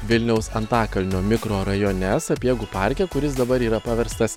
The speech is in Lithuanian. vilniaus antakalnio mikrorajone sapiegų parke kuris dabar yra paverstas